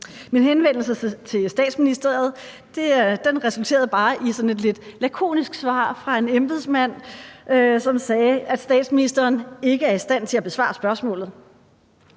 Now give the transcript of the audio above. mine henvendelser til Statsministeriet resulterede bare i sådan et lidt lakonisk svar fra en embedsmand, som sagde, at statsministeren ikke er i stand til at besvare spørgsmålet.